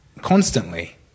constantly